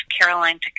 Caroline